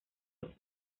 dos